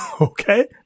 Okay